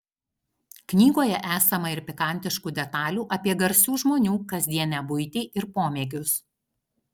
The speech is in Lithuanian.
knygoje esama ir pikantiškų detalių apie garsių žmonių kasdienę buitį ir pomėgius